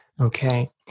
Okay